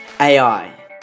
AI